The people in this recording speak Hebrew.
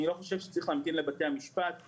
אני לא חושב שצריך להמתין לבתי המשפט,